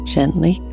Gently